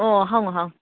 ꯑꯣ ꯍꯪꯉꯨ ꯍꯪꯉꯨ